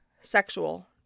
sexual